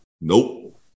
Nope